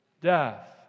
Death